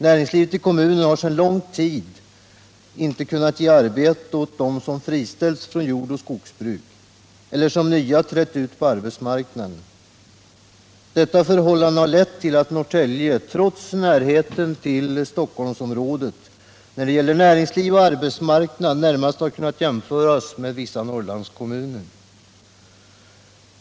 Näringslivet i kommunen har sedan lång tid tillbaka inte kunnat ge arbete åt dem som friställts från jordoch skogsbruk och åt dem som för första gången trätt ut på arbetsmarknaden. Detta förhållande har lett till att Norrtälje, trots dess närhet till Stockholmsområdet, när det gäller näringsliv och arbetsmarknad närmast har kunnat jämföras med vissa Norrlandskommuner.